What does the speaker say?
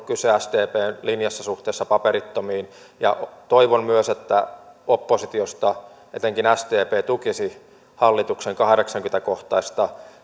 kyse sdpn linjassa suhteessa paperittomiin ja toivon myös että oppositiosta etenkin sdp tukisi hallituksen kahdeksankymmentä kohtaista